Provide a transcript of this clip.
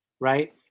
right